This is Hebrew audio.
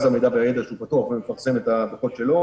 פגיעה בפרטיות מצד אחד, ומצד שני,